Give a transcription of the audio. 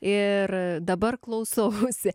ir dabar klausausi